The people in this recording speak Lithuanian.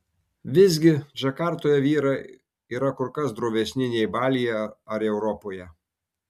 visgi džakartoje vyrai yra kur kas drovesni nei balyje ar europoje